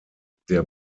der